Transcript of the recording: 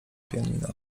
pianino